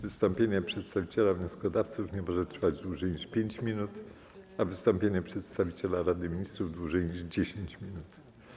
Wystąpienie przedstawiciela wnioskodawców nie może trwać dłużej niż 5 minut, a wystąpienie przedstawiciela Rady Ministrów - dłużej niż 10 minut.